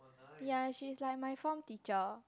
ya she is like my form teacher